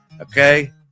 okay